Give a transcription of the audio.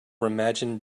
remagen